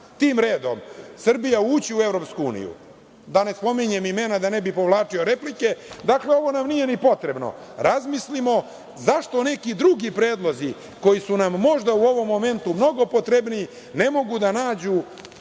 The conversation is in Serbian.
tim redom, Srbija ući u EU. Ne bih spominjao imena da ne bih povlačio replike. Dakle, ovo nam nije ni potrebno. Razmislimo zašto neki drugi predlozi koji su nam možda u ovom momentu mnogo potrebniji ne mogu da nađu